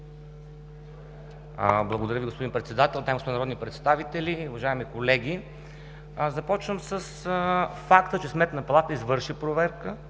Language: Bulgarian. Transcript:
Благодаря Ви, господин Председател. Дами и господа народни представители, уважаеми колеги! Започвам с факта, че Сметната палата извърши проверка